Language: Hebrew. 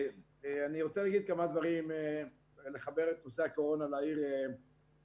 אני רוצה להגיד כמה דברים ולחבר את נושא הקורונה לעיר אילת.